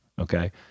Okay